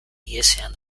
ihesean